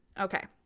Okay